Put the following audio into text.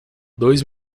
dois